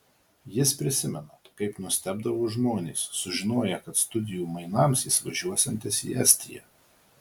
jis prisimena kaip nustebdavo žmonės sužinoję kad studijų mainams jis važiuosiantis į estiją